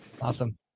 Awesome